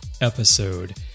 episode